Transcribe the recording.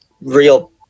real